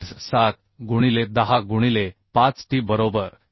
87गुणिले 10 गुणिले 5 t बरोबर